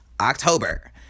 October